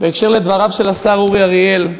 בהקשר של דבריו של השר אורי אריאל,